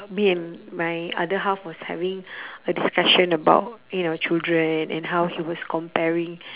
me and my other half was having a discussion about you know children and how he was comparing